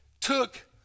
took